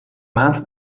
maand